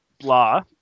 blah